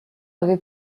avait